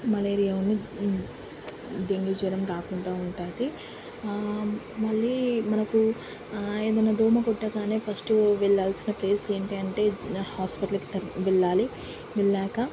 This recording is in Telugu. మలేరియాను డెంగ్యూ జ్వరము రాకుండా ఉంటుంది మళ్ళీ మనకు ఏమైనా దోమ కుట్టగానే ఫస్ట్ వెళ్ళాల్సిన ప్లేస్ ఏంటి అంటే హాస్పిటల్కి త వెళ్ళాలి వెళ్ళాక